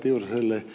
tiusaselle